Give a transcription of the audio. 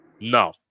No